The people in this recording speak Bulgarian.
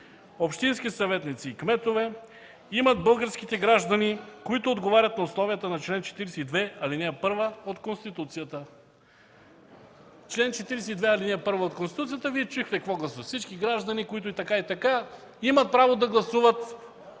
общински съветници и кметове имат българските граждани, които отговарят на условията на чл. 42, ал. 1 от Конституцията”. Член 42, ал. 1 от Конституцията Вие чухте какво гласи: всички граждани, които така и така, имат право да гласуват